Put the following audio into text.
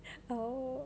oh